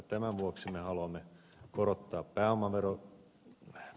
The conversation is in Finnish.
tämän vuoksi me haluamme korottaa pääomatuloverotusta